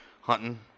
hunting